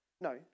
No